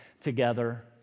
together